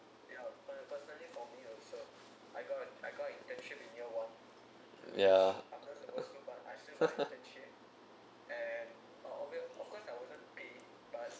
yeah